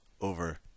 over